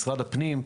משרד הפנים,